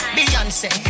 Beyonce